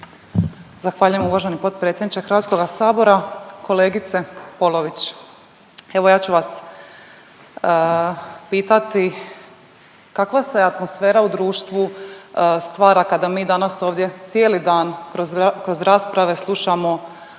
Zahvaljujem poštovani potpredsjedniče HS. Kolegice Polović, evo ja ću vas pitati, kakva se atmosfera u društvu stvara kada mi danas ovdje cijeli dan kroz rasprave slušamo